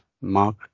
Mark